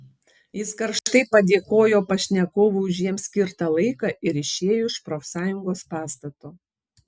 jis karštai padėkojo pašnekovui už jiems skirtą laiką ir išėjo iš profsąjungos pastato